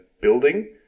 building